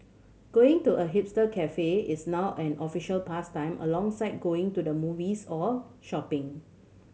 going to a hipster cafe is now an official pastime alongside going to the movies or shopping